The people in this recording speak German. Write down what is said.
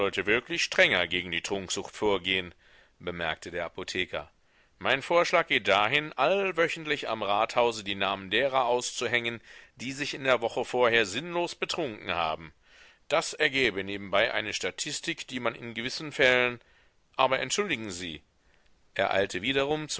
wirklich strenger gegen die trunksucht vorgehen bemerkte der apotheker mein vorschlag geht dahin allwöchentlich am rathause die namen derer auszuhängen die sich in der woche vorher sinnlos betrunken haben das ergäbe nebenbei eine statistik die man in gewissen fällen aber entschuldigen sie er eilte wiederum